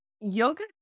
yoga